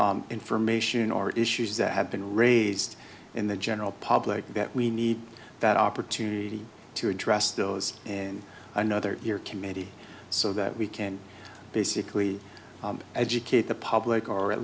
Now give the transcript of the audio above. enough information or issues that have been raised in the general public that we need that opportunity to address those in another your committee so that we can basically educate the public or at